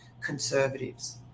conservatives